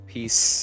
Peace